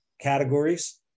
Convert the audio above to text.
categories